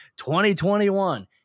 2021